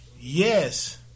yes